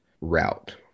route